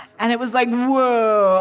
and it was like, whoa.